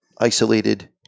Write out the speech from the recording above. isolated